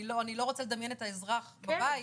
אני לא רוצה לדמיין את האזרח בבית